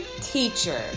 teacher